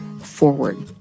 forward